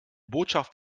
botschaft